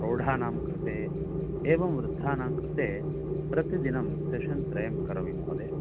प्रौढानां कृते एवं वृद्धानां कुते प्रतिदिनं सेशन् त्रयं करोमि महोदय